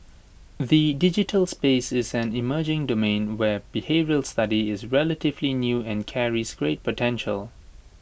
the digital space is an emerging domain where behavioural study is relatively new and carries great potential